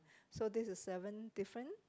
so this is seven different